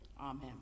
Amen